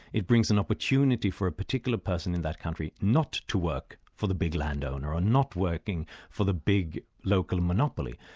it brings an opportunity for a particular person in that country not to work for the big landowner, and not working for the big local monopoly.